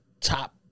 top